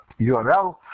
URL